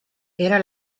era